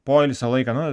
poilsio laiką nu